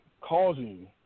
causing